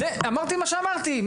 אמרתי מה שאמרתי,